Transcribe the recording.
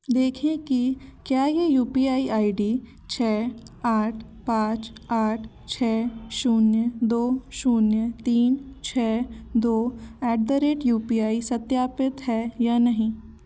देखें कि क्या यह U P I I D छः आठ पाँच आठ छः at the rate U P I सत्यापित है या नहीं